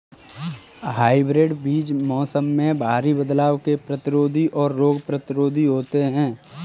hybrid बीज मौसम में भारी बदलाव के प्रतिरोधी और रोग प्रतिरोधी होते हैं